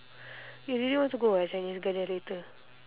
you really one to go eh chinese garden later